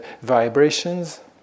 vibrations